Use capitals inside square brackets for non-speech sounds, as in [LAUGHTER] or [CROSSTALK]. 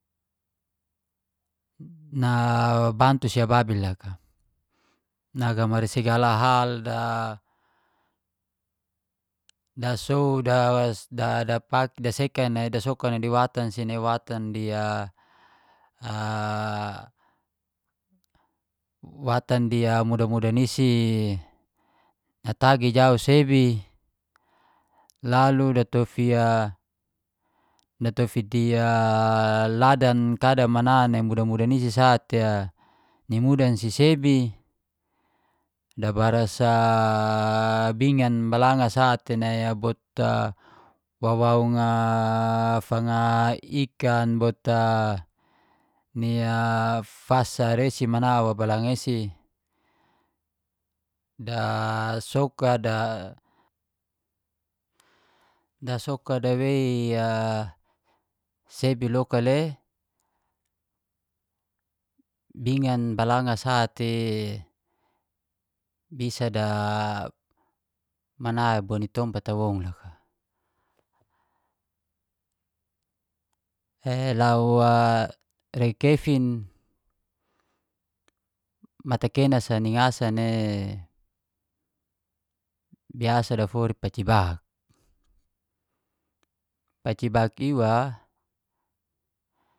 Nabantu si ababis loka, ngaamari segala hal da dasow dapaki [HESITATION] daseka nai daseka dasoka nai di watan si, ni watan di [HESITATION] mudan-mudan isi, natagi jau sebi lalu datofi a di [HESITATION] ladan kada mana nai mudan-mudan isi sate ni mudan si sebi dabaras [HESITATION] bingan balang sa te bot a wawaun fanga [HESITATION] ikan bot, a nia fasa resi mana wa balanga isi, dasokat, da wei a sebi loka le. Bingan balanga sate, bisa da mana wa di tompat a woun loka. E lau a rei kefing mana kena sa ni ngasan e biasa daforu i paci bak. Paci bak